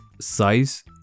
size